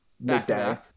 midday